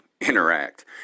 interact